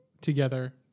together